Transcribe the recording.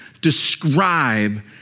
describe